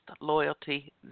loyalty